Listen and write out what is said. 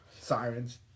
sirens